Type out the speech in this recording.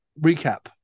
recap